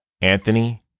Anthony